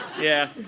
yeah.